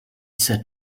said